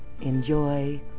enjoy